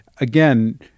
again